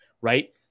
right